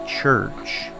church